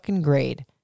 grade